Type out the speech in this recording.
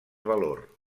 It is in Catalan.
valor